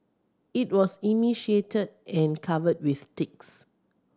it was emaciated and covered with ticks